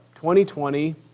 2020